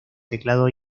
teclado